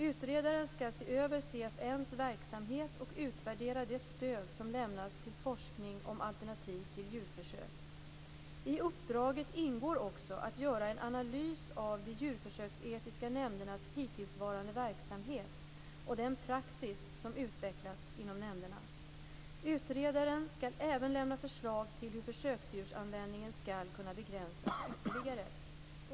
Utredaren skall se över CFN:s verksamhet och utvärdera det stöd som lämnas till forskning om alternativ till djurförsök. I uppdraget ingår också att göra en analys av de djurförsöksetiska nämndernas hittillsvarande verksamhet och den praxis som utvecklats inom nämnderna. Utredaren skall även lämna förslag till hur försöksdjursanvändningen skall kunna begränsas ytterligare.